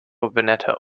veneto